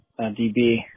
DB